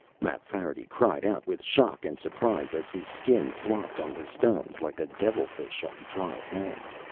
mapfarity cried out with shock and surprise as his skin flopped on the stones like a devilfish on dry land.